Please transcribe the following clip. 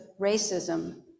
racism